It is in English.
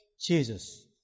Jesus